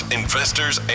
investors